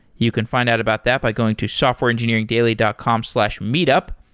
you can find out about that by going to softwareengineeringdaily dot com slash meetup.